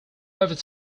every